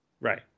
Right